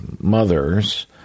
mother's